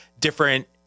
different